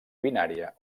binària